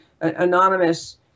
anonymous